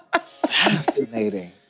Fascinating